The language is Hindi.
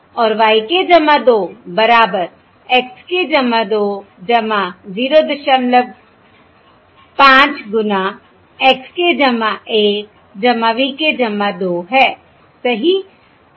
और y k 2 बराबर x k 2 05 गुना x k 1 v k 2 है सही